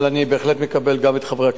אבל אני בהחלט מקבל גם את דברי חברי